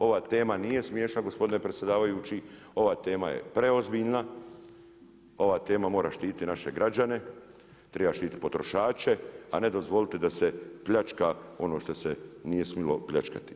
Ova tema nije smještan gospodine predsjedavajući, ova tema je preozbiljna, ova tema mora štititi naše građane, treba štiti potrošače, a ne dozvoliti da se pljačka ono što se nije smilo pljačkati.